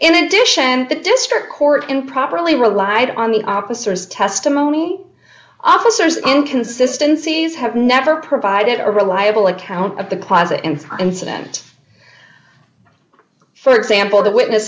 in addition and the district court improperly relied on the opposite as testimony officers inconsistency is have never provided a reliable account of the closet and incident for example the witness